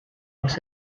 was